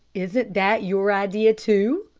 isn't that your idea, too?